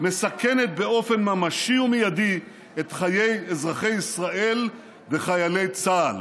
מסכנת באופן ממשי ומיידי את חיי אזרחי ישראל וחיילי צה"ל".